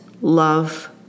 love